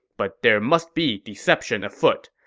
but there must be deception afoot.